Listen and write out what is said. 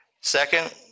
Second